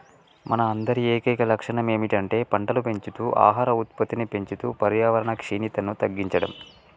మన అందరి ఏకైక లక్షణం ఏమిటంటే పంటలు పెంచుతూ ఆహార ఉత్పత్తిని పెంచుతూ పర్యావరణ క్షీణతను తగ్గించడం